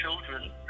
children